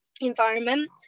environment